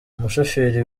umushoferi